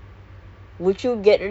but I really es~